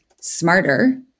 smarter